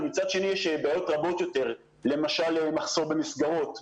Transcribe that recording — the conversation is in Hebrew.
ומצד שני יש בעיות רבות יותר כמו למשל מחסור במסגרות,